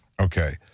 okay